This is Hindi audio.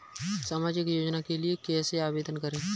सामाजिक योजना के लिए कैसे आवेदन करें?